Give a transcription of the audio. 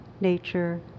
nature